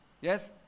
Yes